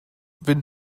wenn